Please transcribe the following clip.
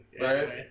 Right